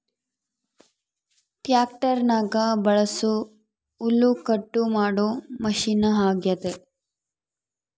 ಟ್ಯಾಕ್ಟರ್ನಗ ಬಳಸೊ ಹುಲ್ಲುಕಟ್ಟು ಮಾಡೊ ಮಷಿನ ಅಗ್ಯತೆ